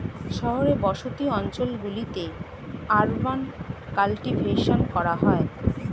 শহর বসতি অঞ্চল গুলিতে আরবান কাল্টিভেশন করা হয়